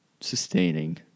sustaining